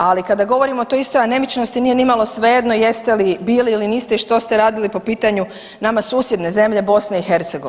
Ali kada govorimo o toj istoj anemičnosti nije nimalo svejedno jeste li bili ili niste i što ste radili po pitanju nama susjedne zemlje BiH.